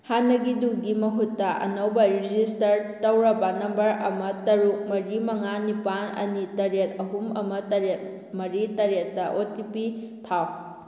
ꯍꯥꯟꯅꯗꯨꯒꯤ ꯃꯍꯨꯠꯇ ꯑꯅꯧꯕ ꯔꯦꯖꯤꯁꯇꯔꯠ ꯇꯧꯔꯕ ꯅꯝꯕꯔ ꯑꯃ ꯇꯔꯨꯛ ꯃꯔꯤ ꯃꯉꯥ ꯅꯤꯄꯥꯜ ꯑꯅꯤ ꯇꯔꯦꯠ ꯑꯍꯨꯝ ꯑꯃ ꯇꯔꯦꯠ ꯃꯔꯤ ꯇꯔꯦꯠꯇ ꯑꯣ ꯇꯤ ꯄꯤ ꯊꯥꯎ